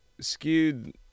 skewed